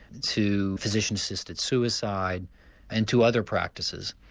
to physician assisted suicide and to other practices.